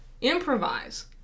Improvise